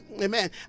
amen